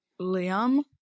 Liam